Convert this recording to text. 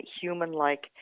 human-like